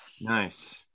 Nice